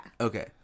Okay